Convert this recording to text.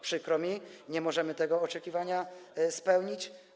Przykro mi, nie możemy tego oczekiwania spełnić.